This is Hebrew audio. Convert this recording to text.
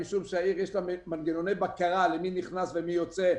משום שלעיר יש מנגנוני בקרה מי נכנס ומי יוצא.